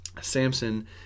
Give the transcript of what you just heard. Samson